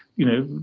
you know,